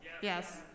Yes